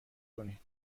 کنید